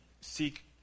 seek